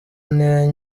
niyo